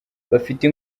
bafite